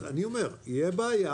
אז אני אומר: תהיה בעיה.